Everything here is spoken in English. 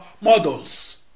models